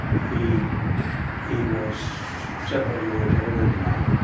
he he was several years older than i,